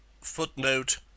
Footnote